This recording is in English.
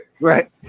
Right